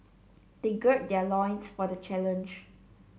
they gird their loins for the challenge